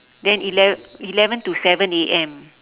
then ele~ eleven to seven A_M